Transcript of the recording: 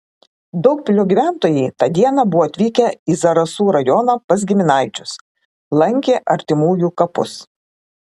daugpilio gyventojai tą dieną buvo atvykę į zarasų rajoną pas giminaičius lankė artimųjų kapus